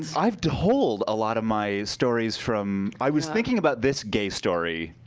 and i've told a lot of my stories from. i was thinking about this gay story.